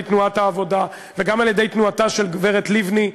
תנועת העבודה וגם על-ידי תנועתה של גברת לבני: